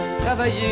travailler